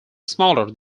smaller